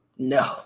No